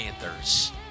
Panthers